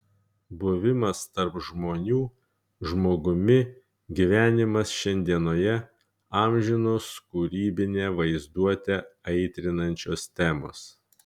buvimas tarp žmonių žmogumi gyvenimas šiandienoje amžinos kūrybinę vaizduotę aitrinančios temos